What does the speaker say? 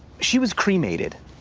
she was cremated,